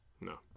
No